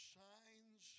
signs